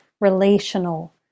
relational